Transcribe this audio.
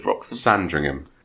Sandringham